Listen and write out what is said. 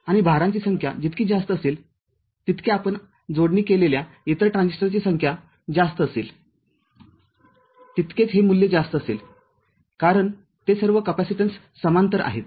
आणिभारांची संख्या जितकी जास्त असेल तितके आपण जोडणी केलेल्या इतर ट्रान्झिस्टरची संख्या जास्त असेलतितकेच हे मूल्य जास्त असेल कारण ते सर्व हे कपॅसिटन्ससमांतर येतात